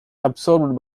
absorbed